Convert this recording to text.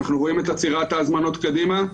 אנחנו רואים את עצירת ההזמנות קדימה.